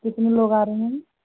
कितने लोग आ रहें हैं